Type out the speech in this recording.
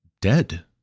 dead